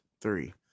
Three